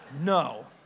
No